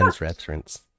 reference